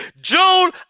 June